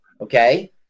okay